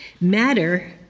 Matter